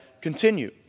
continue